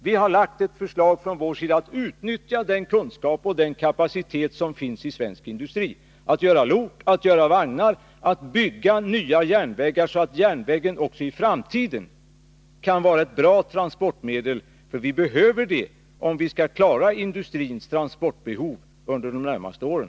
Vi har lagt fram ett förslag om att man skall utnyttja den kunskap och den kapacitet som finns i svensk industri för att göra lok och vagnar och för att bygga nya järnvägar, så att järnvägen också i framtiden kan vara ett bra transportmedel. Vi behöver det, om vi skall kunna klara industrins transportbehov under de närmaste åren.